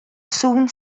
sŵn